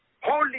holy